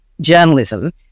journalism